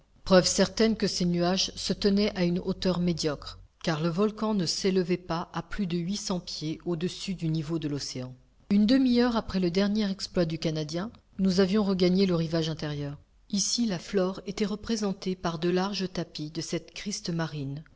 preuve certaine que ces nuages se tenaient à une hauteur médiocre car le volcan ne s'élevait pas à plus de huit cents pieds au-dessus du niveau de l'océan une demi-heure après le dernier exploit du canadien nous avions regagné le rivage intérieur ici la flore était représentée par de larges tapis de cette